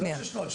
ודאי שיש נוהל.